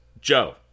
Joe